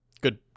good